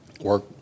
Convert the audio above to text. work